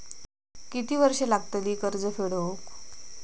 किती वर्षे लागतली कर्ज फेड होऊक?